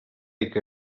dic